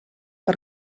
per